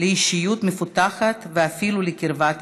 לאישיות מפותחת ואפילו לקרבת אלוהים.